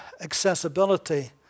accessibility